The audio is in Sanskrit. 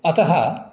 अतः